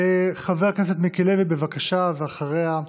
חבר הכנסת מיקי לוי, בבקשה, ואחריו,